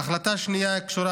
החלטה שנייה קשורה